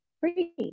free